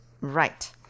Right